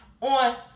on